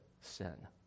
sin